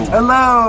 Hello